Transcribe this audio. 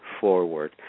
forward